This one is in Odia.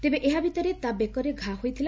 ତେବେ ଏହା ଭିତରେ ତା' ବେକରେ ଘା' ହୋଇଥିଲା